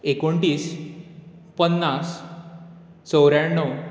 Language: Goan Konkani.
एकोणतीस पन्नास चोवऱ्याण्णव